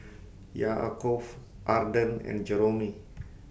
Yaakov Arden and Jeromy